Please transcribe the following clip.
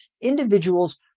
individuals